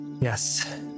Yes